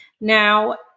Now